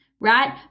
Right